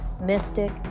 mystic